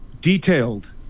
detailed